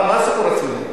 מה הסיפור הציוני?